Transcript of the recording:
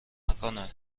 نکنه